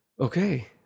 Okay